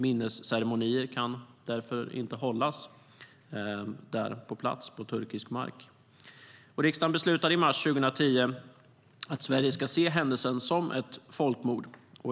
Minnesceremonier kan därför inte hållas på plats, på turkisk mark. Riksdagen beslutade i mars 2010 att Sverige ska se händelsen som ett folkmord.